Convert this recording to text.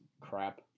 crap